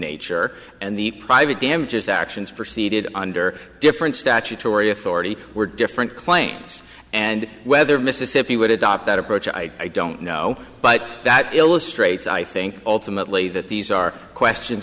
nature and the private damages actions proceeded under different statutory authority were different claims and whether mississippi would adopt that approach i don't know but that illustrates i think ultimately that these are questions